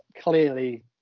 clearly